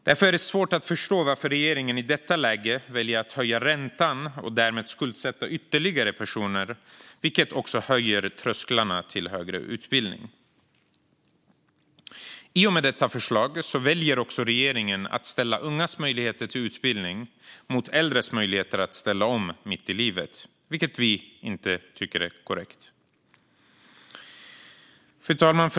Därför är det svårt att förstå varför regeringen i detta läge väljer att höja räntan och därmed skuldsätta ytterligare personer, vilket även höjer trösklarna till högre utbildning. I och med detta förslag väljer också regeringen att ställa ungas möjligheter till utbildning mot äldres möjligheter att ställa om mitt i livet, vilket vi inte tycker är korrekt. Fru talman!